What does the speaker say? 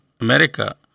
America